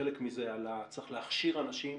וחלק מזה על שצריך להכשיר אנשים